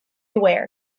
aware